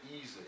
easy